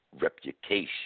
reputation